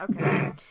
Okay